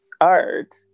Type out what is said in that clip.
art